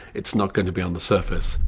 it's not going to be on the surface.